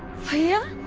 fear